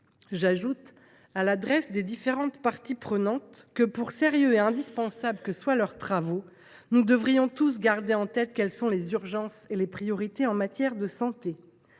J’ajoute à l’adresse des différentes parties prenantes que, pour sérieux et indispensables que soient leurs travaux, nous devrions tous garder en tête les urgences et les priorités en matière de santé.